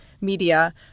media